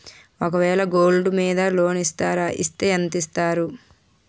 ఒక వేల గోల్డ్ మీద లోన్ ఇస్తారా? ఇస్తే ఎంత ఇస్తారు?